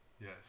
Yes